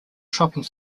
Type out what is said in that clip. shopping